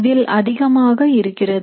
இதில் அதிகமாக இருக்கிறது